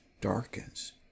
darkens